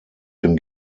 dem